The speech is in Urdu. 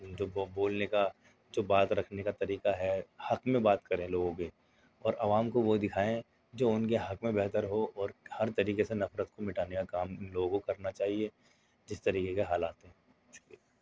جو بولنے کا جو بات رکھنے کا طریقہ ہے حق میں بات کرے لوگوں کے اور عوام کو وہی دکھائیں جو ان کے حق میں بہتر ہو اور ہر طریقے سے نفرت کو مٹانے کا کام ان لوگوں کو کرنا چاہیے جس طریقے کا حالات ہیں شکریہ